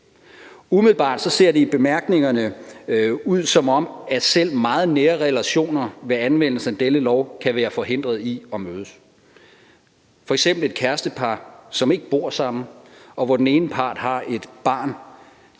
Umiddelbart ser det i bemærkningerne ud, som om selv meget nære relationer ved anvendelsen af denne lov kan være forhindret i at mødes. Kan f.eks. et kærestepar, som ikke bor sammen, og hvor den ene part har et barn,